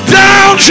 down